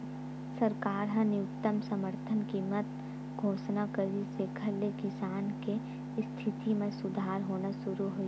सरकार ह न्यूनतम समरथन कीमत घोसना करिस जेखर ले किसान के इस्थिति म सुधार होना सुरू होइस